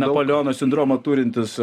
napoleono sindromą turintys